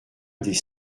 des